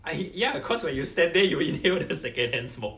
I ya cause when you stand there you will inhale the secondhand smoke